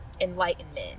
enlightenment